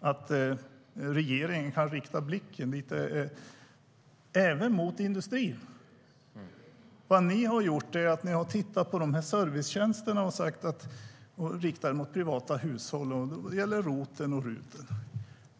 att regeringen riktar blicken även mot industrin. Vad ni har gjort är att ni har tittat på servicetjänsterna och riktat dem mot privata hushåll - det gäller ROT och RUT.